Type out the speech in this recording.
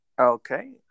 Okay